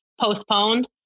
postponed